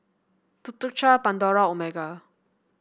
Tuk Tuk Cha Pandora Omega